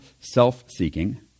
self-seeking